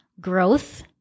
growth